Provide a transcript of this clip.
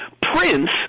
Prince